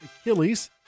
Achilles